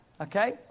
okay